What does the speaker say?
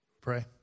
Pray